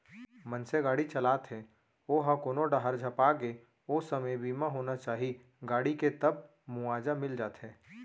मनसे गाड़ी चलात हे ओहा कोनो डाहर झपागे ओ समे बीमा होना चाही गाड़ी के तब मुवाजा मिल जाथे